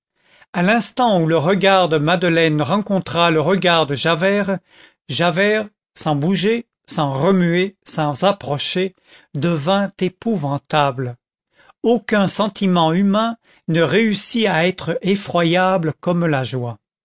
à l'instant où le regard de madeleine rencontra le regard de javert javert sans bouger sans remuer sans approcher devint épouvantable aucun sentiment humain ne réussit à être effroyable comme la joie